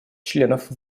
членов